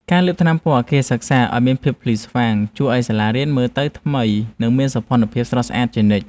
ការលាបថ្នាំពណ៌អគារសិក្សាឱ្យមានភាពភ្លឺស្វាងជួយឱ្យសាលារៀនមើលទៅថ្មី និងមានសោភ័ណភាពស្រស់ស្អាតជានិច្ច។